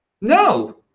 No